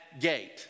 gate